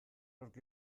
nork